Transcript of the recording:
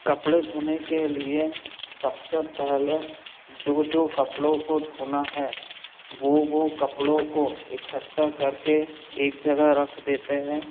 कपड़े धोने के के लिए सबसे पहले जो जो कपड़ों को धोना है वह वह कपड़ों को इकट्ठा करके एक जगह रख देते हैं